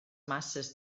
masses